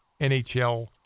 NHL